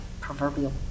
proverbial